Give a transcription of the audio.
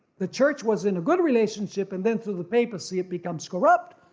the church was in a good relationship and then through the papacy it becomes corrupt,